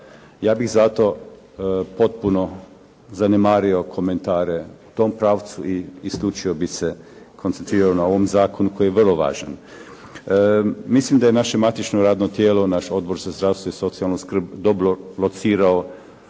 Ja bih zato potpuno zanemario komentare u tom pravcu i isključivo bih se koncentrirao na ovom zakonu koji je vrlo važan. Mislim da je naše matično radno tijelo, naš Odbor za zdravstvo i socijalnu skrb dobro locirao